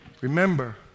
remember